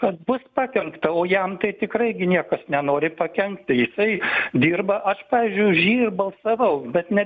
kad bus pakenkta o jam tai tikrai gi niekas nenori pakenkt tai jisai dirba aš pavyzdžiui už jį ir balsavau bet ne